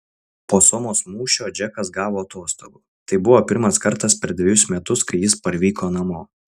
po somos mūšio džekas gavo atostogų tai buvo pirmas kartas per dvejus metus kai jis parvyko namo